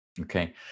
Okay